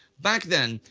back then.